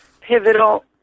pivotal